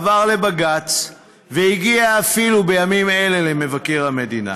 עבר לבג"ץ והגיע בימים אלה אפילו למבקר המדינה,